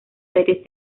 series